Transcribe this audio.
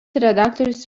redaktorius